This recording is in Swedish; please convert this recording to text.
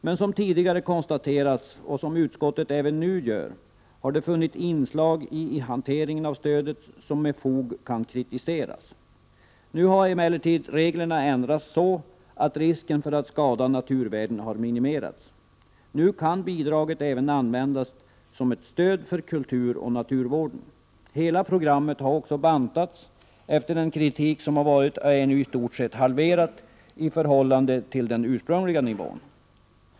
Men som tidigare konstaterats och som utskottet även nu konstaterar, har det funnits inslag i hanteringen av stödet som med fog kan kritiseras. Nu har emellertid reglerna ändrats så, att risken för att skada naturvärdena har minimerats. Nu kan bidraget även användas som ett stöd för kulturoch naturvården. Hela programmet har också bantats efter den kritik som har framförts, och programmet är i stort sett halverat i förhållande till det ursprungliga förslaget.